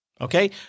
Okay